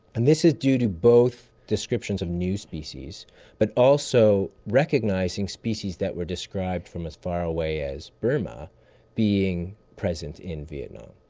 and this is due to both descriptions of new species but also recognising species that were described from as far away as burma being present in vietnam.